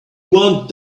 want